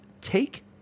take